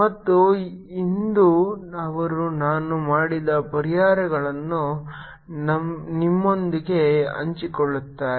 ಮತ್ತು ಇಂದು ಅವರು ನಾನು ಮಾಡಿದ ಪರಿಹಾರಗಳನ್ನು ನಿಮ್ಮೊಂದಿಗೆ ಹಂಚಿಕೊಳ್ಳುತ್ತಾರೆ